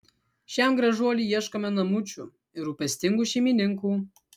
šiam gražuoliui ieškome namučių ir rūpestingų šeimininkų